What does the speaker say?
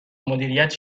مدیریت